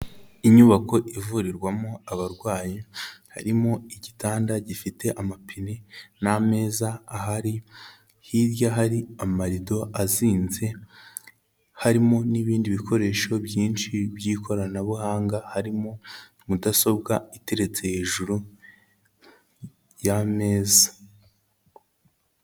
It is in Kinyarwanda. Inyubako ivurirwamo abarwayi harimo igitanda gifite amapine n'ameza ahari, hirya hari amarido azinze, harimo n'ibindi bikoresho byinshi by'ikoranabuhanga, harimo mudasobwa iteretse hejuru y'ameza.